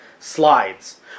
slides